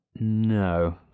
No